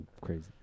crazy